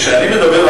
כשאני מדבר,